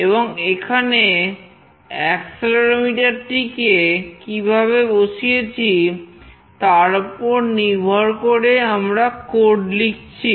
এবং এখানে অ্যাক্সেলেরোমিটার টিকে কিভাবে বসিয়েছি তার ওপর নির্ভর করে আমরা কোড লিখেছি